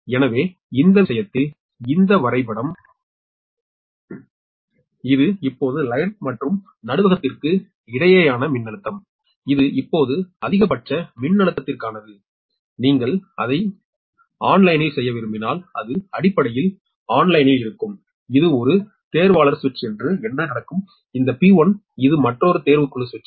எனவே இந்த விஷயத்தில் இந்த வரைபடம் இது இப்போது லைன் மற்றும் நடுவகத்திற்க்கு இடையேயானாமின்னழுத்தம் இது இப்போது அதிகபட்ச மின்னழுத்தத்திற்கானது நீங்கள் அதை ஆன்லைனில் செய்ய விரும்பினால் அது அடிப்படையில் ஆன்லைனில் இருக்கும் இது ஒரு தேர்வாளர் சுவிட்ச் என்று என்ன நடக்கும் இந்த P1 இது மற்றொரு தேர்வுக்குழு சுவிட்ச்